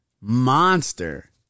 Monster